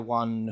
one